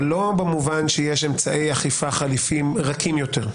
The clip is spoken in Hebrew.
במובן שיש אמצעי אכיפה חליפיים רכים יותר,